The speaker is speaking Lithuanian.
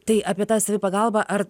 tai apie tą savipagalbą ar